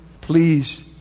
Please